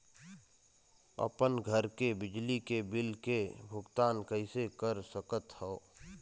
अपन घर के बिजली के बिल के भुगतान कैसे कर सकत हव?